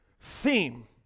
theme